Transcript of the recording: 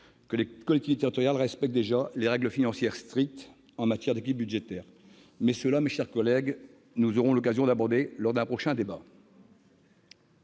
que les collectivités territoriales respectent déjà des règles financières strictes en matière d'équilibre budgétaire. Mais nous aurons l'occasion d'en parler lors d'un prochain débat,